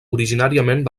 originàriament